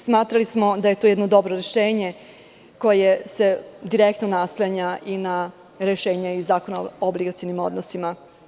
Smatrali smo da je to jedno dobro rešenje, koje se direktno naslanja i na rešenja iz Zakona o obligacionim odnosima.